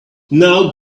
now